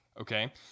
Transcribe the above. okay